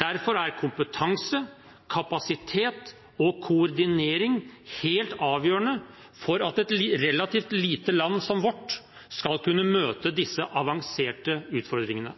Derfor er kompetanse, kapasitet og koordinering helt avgjørende for at et relativt lite land som vårt skal kunne møte disse avanserte utfordringene.